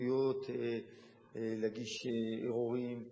וזכויות להגיש ערעורים,